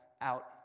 out